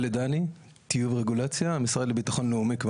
לדאני, מתיאום ורגולציה, מהמשרד לביטחון לאומי.